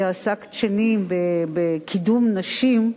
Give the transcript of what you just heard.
כי עסקת שנים בקידום נשים.